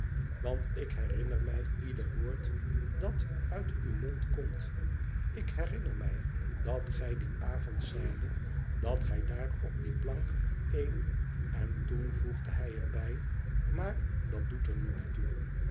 want ik herinner mij ieder woord dat uit uw mond komt ik herinner mij dat gij dien avond zeidet dat gij daar op die plank een en toen voegde hij er bij maar dat doet er nu niet toe